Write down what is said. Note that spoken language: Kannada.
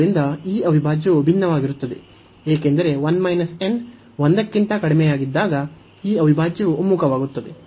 ಆದ್ದರಿಂದ ಈ ಅವಿಭಾಜ್ಯವು ಭಿನ್ನವಾಗಿರುತ್ತದೆ ಏಕೆಂದರೆ 1 n 1 ಕ್ಕಿಂತ ಕಡಿಮೆಯಿದ್ದಾಗ ಈ ಅವಿಭಾಜ್ಯವು ಒಮ್ಮುಖವಾಗುತ್ತದೆ